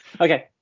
Okay